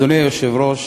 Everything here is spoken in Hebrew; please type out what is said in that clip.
אדוני היושב-ראש,